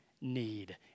need